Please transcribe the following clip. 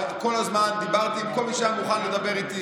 כל הזמן דיברתי עם כל מי שהיה מוכן לדבר איתי.